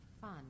Fun